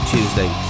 Tuesday